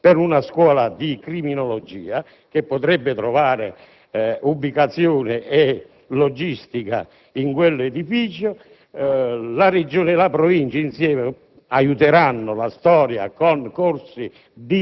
dell'Unione Europea un progetto per una Scuola di criminologia, che potrebbe trovare ubicazione e logistica in quell'edificio. La Regione e la Provincia insieme